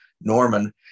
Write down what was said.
Norman